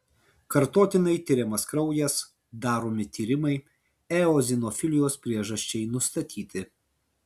kartotinai tiriamas kraujas daromi tyrimai eozinofilijos priežasčiai nustatyti